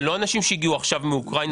זה לא אנשים שהגיעו עכשיו מאוקראינה.